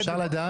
אפשר לדעת?